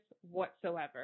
whatsoever